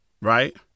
right